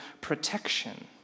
protection